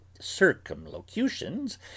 CIRCUMLOCUTIONS